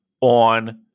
on